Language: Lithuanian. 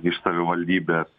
iš savivaldybės